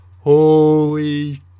holy